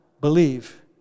believe